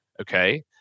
Okay